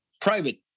private